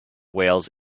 whales